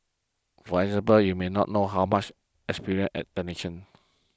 for example you may not know how much experienced at technicians